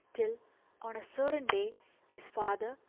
till on a certain day his father,